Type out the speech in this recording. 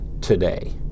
today